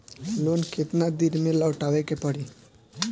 Loan केतना दिन में लौटावे के पड़ी?